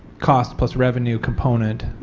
cost plus revenue components.